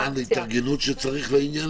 זמן התארגנות לעניין הזה?